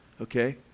okay